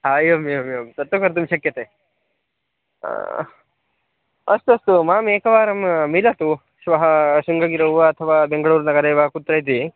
हा एवम् एवम् एवं तत्तु कर्तुं शक्यते अस्तु अस्तु मम एकवारं मिलतु श्वः शृङ्गगिरौ वा बेङ्गलूरुनगरे वा कुत्र इति